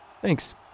Thanks